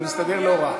אני מסתדר לא רע.